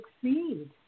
succeed